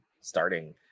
starting